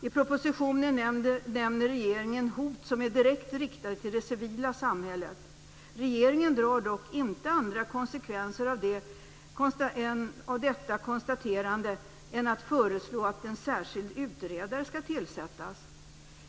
I propositionen nämner regeringen hot som är direkt riktade till det civila samhället. Regeringen drar dock inte andra konsekvenser av detta konstaterande än att föreslå att en särskild utredare skall tillsättas.